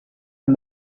and